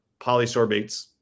polysorbates